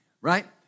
Right